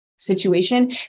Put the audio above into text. situation